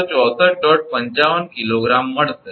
55 𝐾𝑔 મળશે